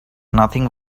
nothing